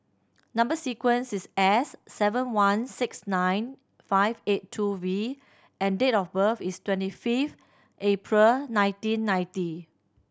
number sequence is S seven one six nine five eight two V and date of birth is twenty fifth April nineteen ninety